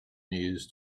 news